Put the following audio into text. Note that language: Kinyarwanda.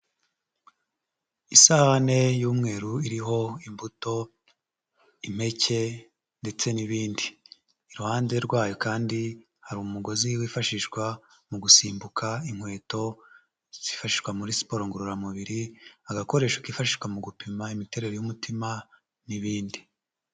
Isahane y'umweru iriho imbuto, impeke ndetse n'ibindi, iruhande rwayo kandi hari umugozi wifashishwa mu gusimbuka, inkweto zifashishwa muri siporo ngororamubiri, agakoresho kifashishwa mu gupima imiterere y'umutima n'ibindi.